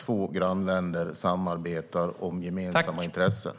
Två grannländer samarbetar om gemensamma intressen.